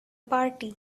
party